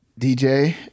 DJ